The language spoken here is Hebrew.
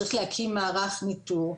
צריך להקים מערך ניטור,